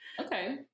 Okay